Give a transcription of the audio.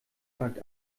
sagt